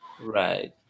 Right